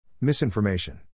Misinformation